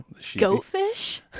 Goatfish